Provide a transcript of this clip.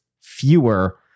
fewer